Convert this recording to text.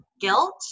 guilt